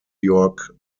york